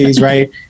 right